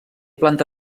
planta